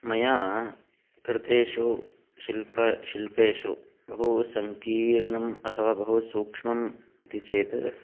मया कृतेषु शिल्प शिल्पेषु बहुसङ्कीर्णम् अथवा बहुसूक्ष्मम् इति चेत्